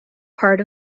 part